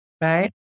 Right